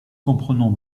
comprenant